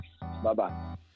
Bye-bye